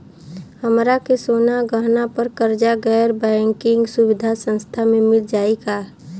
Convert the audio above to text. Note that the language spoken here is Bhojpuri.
हमरा के सोना गहना पर कर्जा गैर बैंकिंग सुविधा संस्था से मिल जाई का?